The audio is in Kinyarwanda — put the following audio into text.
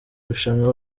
rushanwa